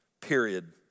period